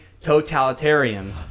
Totalitarian